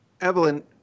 Evelyn